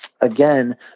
Again